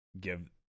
give